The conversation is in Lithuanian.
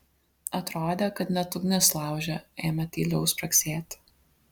atrodė kad net ugnis lauže ėmė tyliau spragsėti